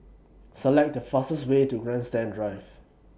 Select The fastest Way to Grandstand Drive